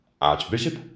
Archbishop